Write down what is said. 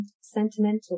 sentimental